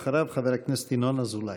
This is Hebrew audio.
אחריו, חבר הכנסת ינון אזולאי.